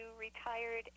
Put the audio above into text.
retired